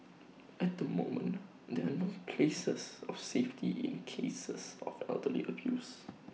at the moment there are no places of safety in cases of elder abuse